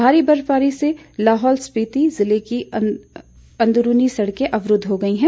भारी बर्फबारी से लाहौल स्पीति जिले की अंदरूनी सड़कें अवरूद्व हो गई हैं